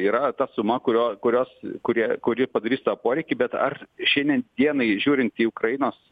yra ta suma kurio kurios kuria kuri padarys tą poreikį bet ar šiandien dienai žiūrint į ukrainos